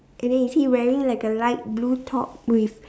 and then is he wearing like a light blue top with